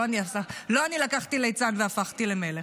לא אני לקחתי ליצן והפכתי למלך.